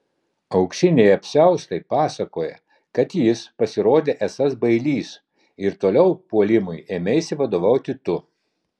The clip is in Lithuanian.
auksiniai apsiaustai pasakoja kad jis pasirodė esąs bailys ir toliau puolimui ėmeisi vadovauti tu